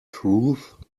truth